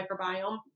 microbiome